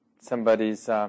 somebody's